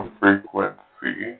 frequency